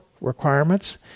requirements